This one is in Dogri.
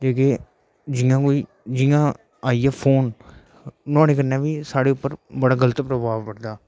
जेह्के जियां कोई जियां एह फोन नुआढ़े कन्नै बी साढ़े उप्पर बड़ा गल्त प्रभाव पडदा